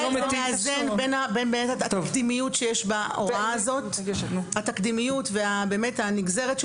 זה מאזן בין התקדימיות שיש בהוראה הזאת והנגזרת של